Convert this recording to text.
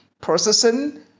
processing